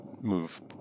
move